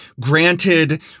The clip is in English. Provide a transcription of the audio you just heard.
granted